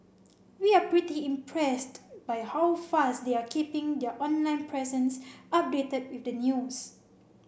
we're pretty impressed by how fast they're keeping their online presence updated with the news